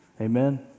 Amen